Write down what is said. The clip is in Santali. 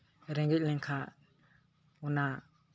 ᱨᱮᱸᱜᱮᱡ ᱞᱮᱱᱠᱷᱟᱡ ᱚᱱᱟ